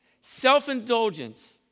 Self-indulgence